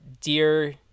dear